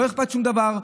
לא אכפת משום דבר?